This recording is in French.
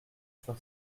sur